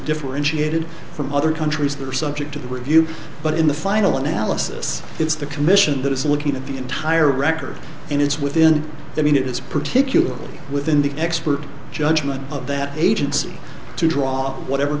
differentiated from other countries that are subject to the review but in the final analysis it's the commission that is looking at the entire record and it's within that mean it is particularly within the expert judgment of that agency to draw whatever